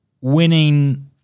winning